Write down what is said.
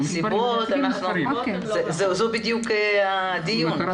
הסיבות, אנחנו --- זה בדיוק הדיון.